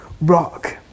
rock